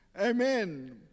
Amen